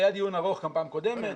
היה דיון ארוך גם פעם קודמת.